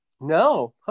No